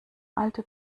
alte